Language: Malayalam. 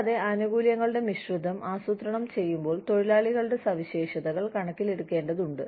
കൂടാതെ ആനുകൂല്യങ്ങളുടെ മിശ്രിതം ആസൂത്രണം ചെയ്യുമ്പോൾ തൊഴിലാളികളുടെ സവിശേഷതകൾ കണക്കിലെടുക്കേണ്ടതുണ്ട്